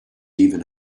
even